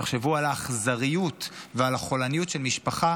תחשבו על האכזריות ועל החולניות של משפחה,